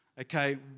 Okay